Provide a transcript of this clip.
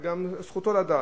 גם זכותו לדעת.